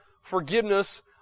forgiveness